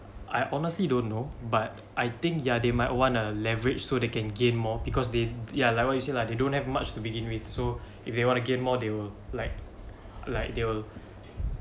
I honestly don't know but I think yeah they might wanna leverage so they can gain more because they ya like what you say lah they don't have much to begin with so if they want to gain more they'll like like they will